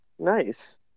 nice